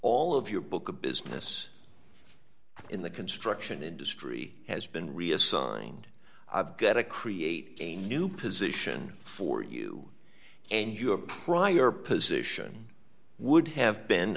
all of your book a business in the construction industry has been reassigned i've got to create a new position for you and your prior position would have been